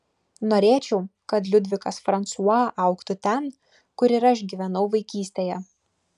norėčiau kad liudvikas fransua augtų ten kur ir aš gyvenau vaikystėje